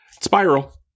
Spiral